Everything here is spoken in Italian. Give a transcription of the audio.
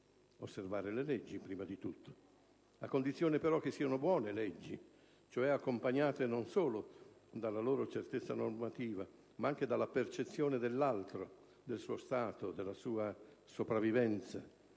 Osservare le leggi, prima di tutto. Ma a condizione che siano buone leggi, cioè accompagnate non solo dalla loro certezza normativa, ma anche dalla percezione dell'"altro", del suo stato, della sua sopravvivenza,